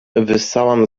wyssałam